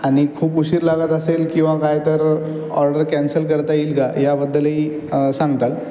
आणि खूप उशीर लागत असेल किंवा काय तर ऑर्डर कॅन्सल करता येईल का याबद्दलही सांगताल